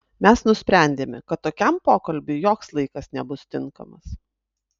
mes nusprendėme kad tokiam pokalbiui joks laikas nebus tinkamas